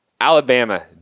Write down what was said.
Alabama